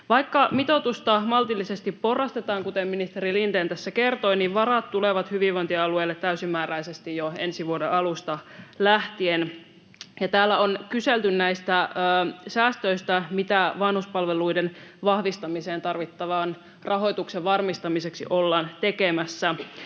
Vaikka mitoitusta maltillisesti porrastetaan, kuten ministeri Lindén tässä kertoi, niin varat tulevat hyvinvointialueille täysimääräisesti jo ensi vuoden alusta lähtien. Täällä on kyselty näistä säästöistä, mitä vanhuspalveluiden vahvistamiseen tarvittavan rahoituksen varmistamiseksi ollaan tekemässä.